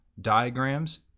diagrams